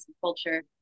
culture